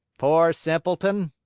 poor simpleton!